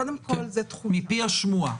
מפי השמועה.